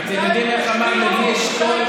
אתם יודעים איך אמר לוי אשכול,